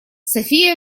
софия